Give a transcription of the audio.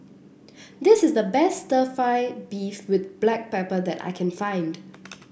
this is the best stir fry beef with Black Pepper that I can find